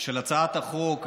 של הצעת החוק,